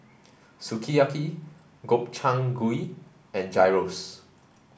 Sukiyaki Gobchang Gui and Gyros